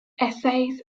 essays